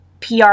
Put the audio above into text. PR